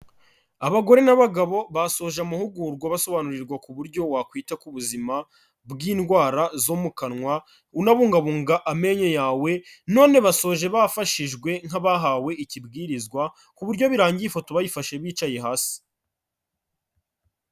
Abagore n'abagabo, basoje amahugurwa basobanurirwa ku buryo wakwita ku buzima bw'indwara zo mu kanwa, unabungabunga amenyo yawe, none basoje bafashijwe nk'abahawe ikibwirizwa, ku buryo birangiye ifoto bayifashe bicaye hasi.